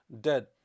dead